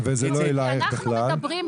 אנחנו מדברים,